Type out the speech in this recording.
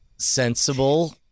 sensible